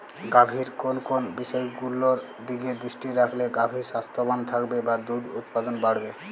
গাভীর কোন কোন বিষয়গুলোর দিকে দৃষ্টি রাখলে গাভী স্বাস্থ্যবান থাকবে বা দুধ উৎপাদন বাড়বে?